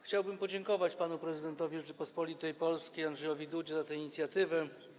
Chciałbym podziękować prezydentowi Rzeczypospolitej Polskiej panu Andrzejowi Dudzie za tę inicjatywę.